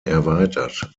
erweitert